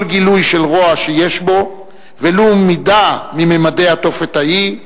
גילוי של רוע שיש בו ולו מידה מממדי התופת ההיא,